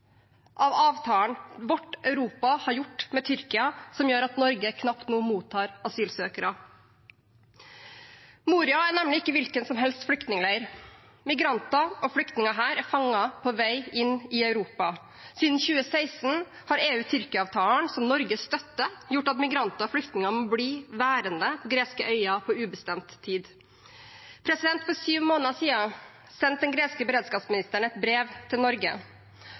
av vårt Europa, av avtalen vårt Europa har gjort med Tyrkia, som gjør at Norge nå knapt mottar asylsøkere. Moria er nemlig ikke hvilken som helst flyktningleir. Migranter og flyktninger her er fanget på vei inn i Europa. Siden 2016 har EU–Tyrkia-avtalen, som Norge støtter, gjort at migranter og flyktninger må bli værende på greske øyer på ubestemt tid. For syv måneder siden sendte den greske beredskapsministeren et brev til Norge.